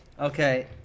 Okay